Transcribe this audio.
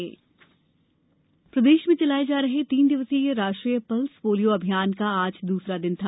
polio अभियान प्रदेश में चलाये जा रहे तीन दिवसीय राष्ट्रीय पल्स पोलियो अभियान का आज दूसरा दिन था